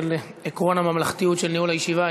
בשל עקרון הממלכתיות של ניהול הישיבה,